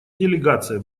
делегация